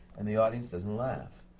and the audience doesn't laugh.